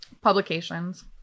Publications